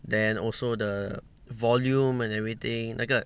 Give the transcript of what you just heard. then also the volume and everything 那个